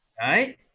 right